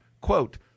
quote